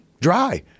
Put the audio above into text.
dry